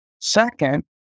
Second